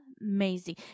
amazing